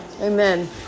Amen